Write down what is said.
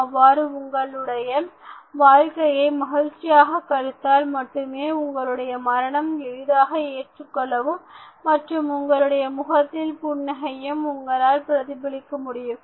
அவ்வாறு உங்களுடைய வாழ்க்கையை மகிழ்ச்சியாக கழித்தால் மட்டுமே உங்களுடைய மரணம் எளிதாக ஏற்றுக்கொள்ளவும் மற்றும் உங்களுடைய முகத்தில் புன்னகையும் உங்களால் பிரதிபலிக்க முடியும்